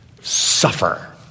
suffer